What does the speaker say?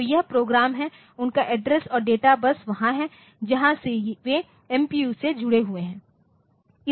तो यह प्रोग्राम है और उनका एड्रेस और डेटा बस वहां हैं जहां से वे एमपीयू से जुड़े हुए हैं